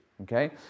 okay